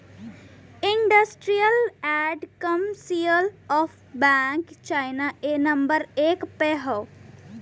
industrial and commercial bank of China number एक पे हौ